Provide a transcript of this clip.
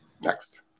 next